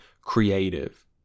creative